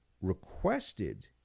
requested